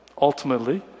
ultimately